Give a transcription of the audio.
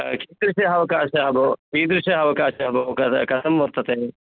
चित्रस्य अवकाशः भोः कीदृशः अवकाशः भोः कथं कथं वर्तते